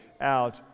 out